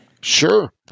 Sure